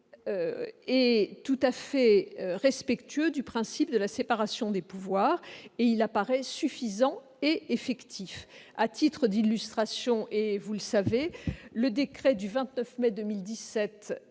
est tout à fait respectueux du principe de la séparation des pouvoirs. Il paraît suffisant et effectif. À titre d'illustration, comme vous le savez, le décret du 29 mai 2017,